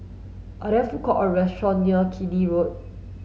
are there food courts or restaurants near Keene Road